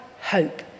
hope